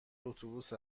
اتوبوس